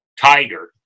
tiger